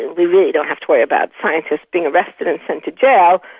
we really don't have to worry about scientists being arrested and sent to jail,